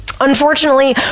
Unfortunately